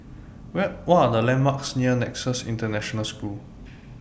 What Are The landmarks near Nexus International School